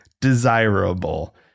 desirable